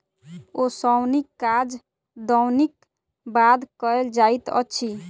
ओसौनीक काज दौनीक बाद कयल जाइत अछि